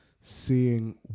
seeing